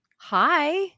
Hi